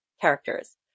characters